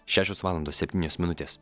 šešios valandos septynios minutės